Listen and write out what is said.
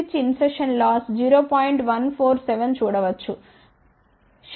147 చూడవచ్చు shunt switch కోసం 0